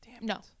No